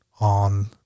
on